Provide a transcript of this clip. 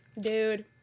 Dude